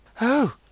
Oh